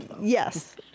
Yes